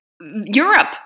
Europe